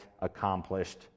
accomplished